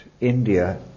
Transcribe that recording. India